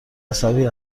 عصبی